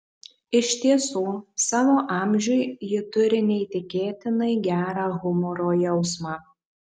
iš tiesų savo amžiui ji turi neįtikėtinai gerą humoro jausmą